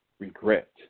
Regret